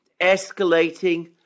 escalating